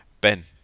Ben